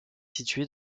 située